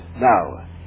now